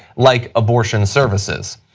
like abortion services.